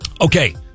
Okay